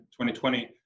2020